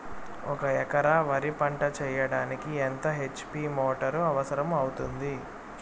ఒక ఎకరా వరి పంట చెయ్యడానికి ఎంత హెచ్.పి మోటారు అవసరం అవుతుంది?